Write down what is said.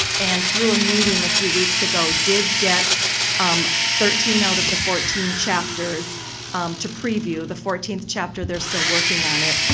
and through a meeting a few weeks ago did get um thirteen out of the fourteen chapters to preview. the fourteenth chapter they're still working on it.